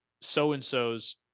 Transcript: so-and-so's